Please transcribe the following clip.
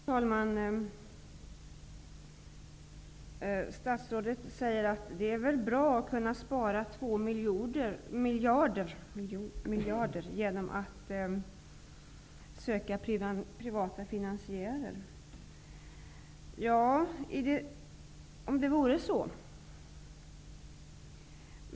Fru talman! Statsrådet Mats Odell säger att det väl är bra att kunna spara 2 miljarder kronor genom att söka privata finansiärer. Ja, om det vore så.